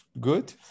good